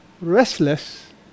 restless